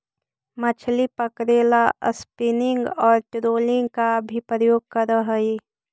मछली पकड़े ला स्पिनिंग और ट्रोलिंग का भी प्रयोग करल हई